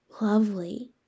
lovely